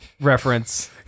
reference